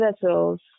vessels